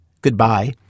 goodbye